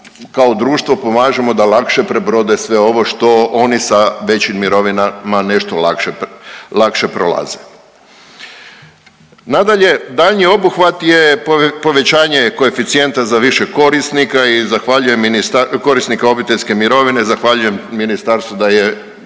kao društvo pomažemo da lakše prebrode sve ovo što oni sa većim mirovinama nešto lakše prolaze. Nadalje, daljnji obuhvat je povećanje koeficijenta za više korisnika i zahvaljujem, korisnika obiteljske mirovine. Zahvaljujem ministarstvu da je